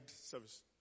service